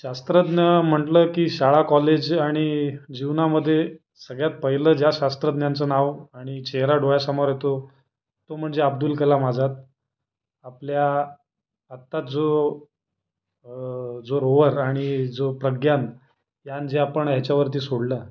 शास्त्रज्ञ म्हटलं की शाळा कॉलेज आणि जीवनामध्ये सगळ्यात पहिलं ज्या शास्त्रज्ञांचं नाव आणि चेहरा डोळ्यासमोर येतो तो म्हणजे अब्दुल कलाम आजाद आपल्या आत्ताच जो जो रोव्हर आणि जो प्रज्ञान यान जे आपण ह्याच्यावरती सोडलं